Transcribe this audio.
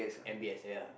M_B_S ya